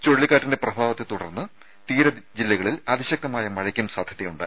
ചുഴലിക്കാറ്റിന്റെ പ്രഭാവത്തെ തുടർന്ന് തീര ജില്ലകളിൽ അതിശക്തമായ മഴയ്ക്കും സാധ്യതയുണ്ട്